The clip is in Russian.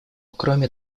кроме